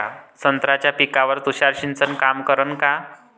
संत्र्याच्या पिकावर तुषार सिंचन काम करन का?